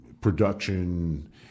production